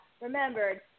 Remembered